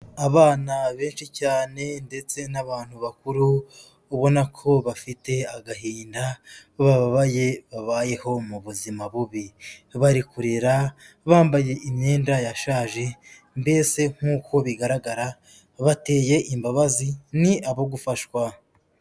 Abana benshi cyane ndetse n'abantu bakuru, ubona ko bafite agahinda bababaye, babayeho mu buzima bubi, bari kurira, bambaye imyenda yashaje mbese nk'uko bigaragara bateye imbabazi ni abo gufashwa.